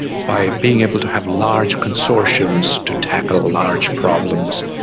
by being able to have large consortiums to tackle large problems,